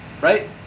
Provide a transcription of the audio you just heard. Right